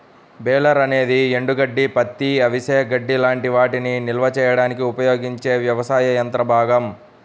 baler అనేది ఎండుగడ్డి, పత్తి, అవిసె గడ్డి లాంటి వాటిని నిల్వ చేయడానికి ఉపయోగించే వ్యవసాయ యంత్రాల భాగం